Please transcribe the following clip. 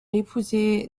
épousé